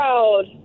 Proud